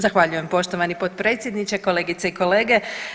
Zahvaljujem poštovani potpredsjedniče, kolegice i kolege.